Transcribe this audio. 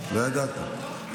לא ידעתי.